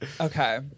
Okay